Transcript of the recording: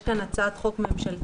יש כאן הצעת חוק ממשלתית.